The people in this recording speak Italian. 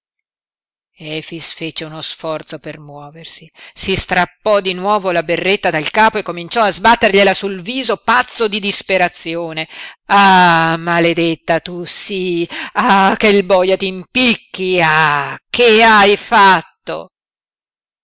efix fece uno sforzo per muoversi si strappò di nuovo la berretta dal capo e cominciò a sbattergliela sul viso pazzo di disperazione ah maledetta tu sii ah che il boia t'impicchi ah che hai fatto